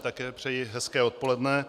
Také přeji hezké odpoledne.